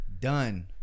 done